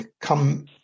come